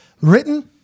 written